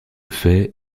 fait